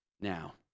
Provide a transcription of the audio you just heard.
now